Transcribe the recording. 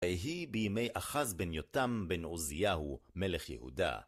וַיְהִי בִּימֵי אָחָז בֶּן יוֹתָם בֶּן עֻזִּיָּהוּ מֶלֶךְ יְהוּדָה…